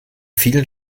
vielen